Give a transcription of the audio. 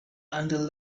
until